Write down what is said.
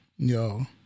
Yo